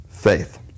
Faith